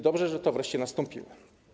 Dobrze, że to wreszcie nastąpiło.